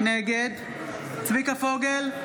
נגד צביקה פוגל,